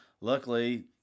luckily